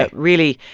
but really,